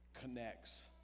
connects